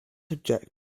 object